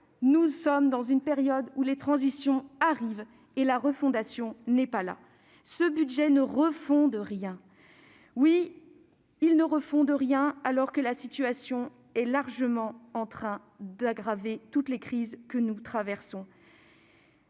Nous sommes dans une période où les transitions arrivent et la refondation n'est pas là. Ce budget ne refonde rien, alors que la situation que nous connaissons est en train d'aggraver toutes les crises que nous traversons.